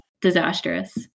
disastrous